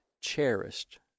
cherished